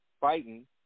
fighting